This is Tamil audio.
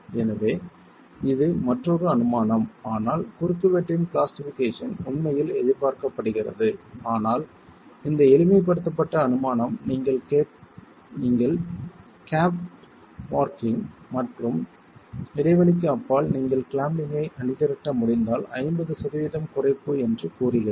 எனவே இது மற்றொரு அனுமானம் ஆனால் குறுக்குவெட்டின் ப்ளாஸ்டிஃபிகேஷன் உண்மையில் எதிர்பார்க்கப்படுகிறது ஆனால் இந்த எளிமைப்படுத்தப்பட்ட அனுமானம் நீங்கள் கேப்ட் ஆர்ச்சிங் மற்றும் இடைவெளிக்கு அப்பால் நீங்கள் கிளாம்பிங்கை அணிதிரட்ட முடிந்தால் 50 சதவிகிதம் குறைப்பு என்று கூறுகிறது